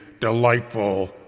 delightful